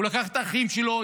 הוא לקח את האחים שלו,